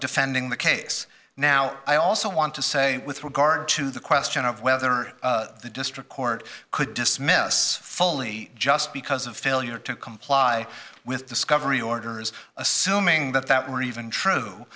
defending the case now i also want to say with regard to the question of whether the district court could dismiss foley just because of failure to comply with discovery orders assuming that that were even